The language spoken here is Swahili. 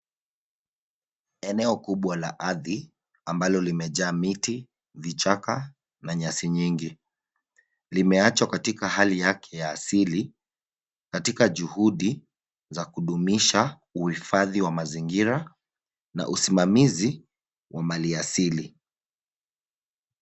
Eneo kubwa la ardhi ambalo limejaa miti, vichaka na nyasi nyingi. Limeachwa katika hali yake ya asili, katika juhudi za kudumisha uhifadhi wa mazingira na usimamizi wa mali asili.